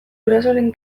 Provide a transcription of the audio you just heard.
gurasoren